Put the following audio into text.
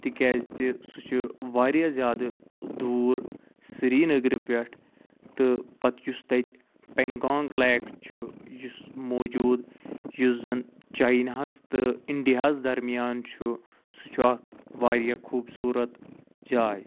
تِکیٛازِ تہِ سُہ چھُ واریاہ زیادٕ دوٗر سرینَگرٕ پٮ۪ٹھ تہٕ پَتہٕ یُس تتہِ پینٛگانٛگ لیک چھُ یُس موجود یُس زن چاینا ہَس تہٕ انڈیا ہَس درمیان چھُ سُہ چھُ اکھ واریاہ خوبصورت جاے